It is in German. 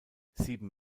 sieben